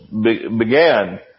began